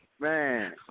Man